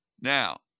Now